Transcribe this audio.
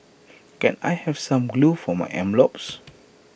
can I have some glue for my envelopes